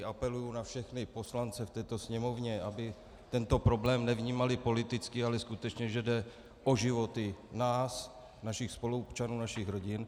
Apeluji na všechny poslance v této Sněmovně, aby tento problém nevnímali politicky, ale skutečně že jde o životy nás, našich spoluobčanů, našich rodin.